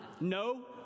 no